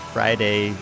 Friday